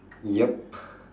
yup